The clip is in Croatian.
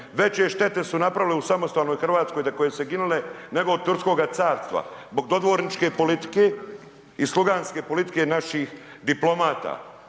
veće štete su napravili u samostalnoj Hrvatskoj za koju se ginulo nego od Turskoga carstva, zbog dodvorničke politike i sluganske politike naših diplomata.